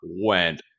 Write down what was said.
went